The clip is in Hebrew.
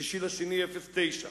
ב-6 בפברואר 2009: